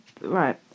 Right